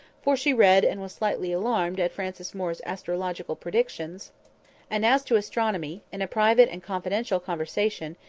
for she read, and was slightly alarmed at francis moore's astrological predictions and, as to astronomy, in a private and confidential conversation,